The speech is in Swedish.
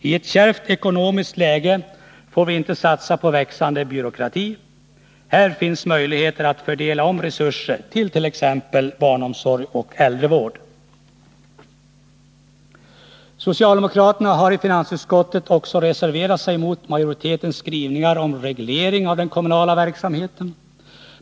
I ett kärvt ekonomiskt läge får vi inte satsa på en växande byråkrati. Här finns möjligheter att fördela om resurser till t.ex. barnomsorg och äldrevård. Socialdemokraterna har i finansutskottet också reserverat sig emot majoritetens skrivningar om reglering av den kommunala verksamheten.